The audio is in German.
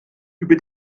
über